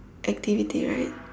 activity right